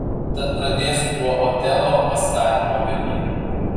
tad pradėsiu nuo otelo pastatymo vilniuje